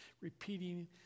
repeating